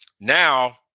Now